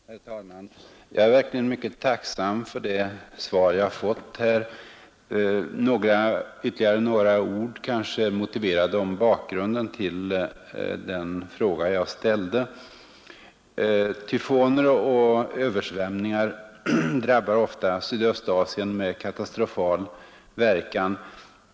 Herr talman! Jag är verkligen mycket tacksam för det svar som jag har fått. Ytterligare några ord kanske är motiverade om bakgrunden till den fråga som jag har ställt. Tyfoner och översvämningar drabbar ofta Sydöstasien med katastrofal verkan.